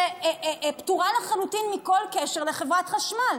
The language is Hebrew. שפטורה לחלוטין מכל קשר לחברת חשמל?